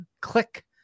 click